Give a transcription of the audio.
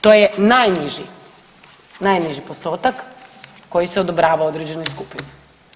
To je najniži, najniži postotak koji se odobrava određenoj skupini.